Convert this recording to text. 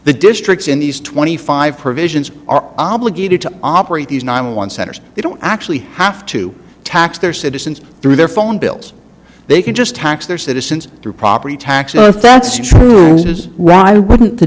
the districts in these twenty five provisions are obligated to operate these nine one centers they don't actually have to tax their citizens through their phone bills they can just tax their citizens through property taxes if that's true it is why wouldn't the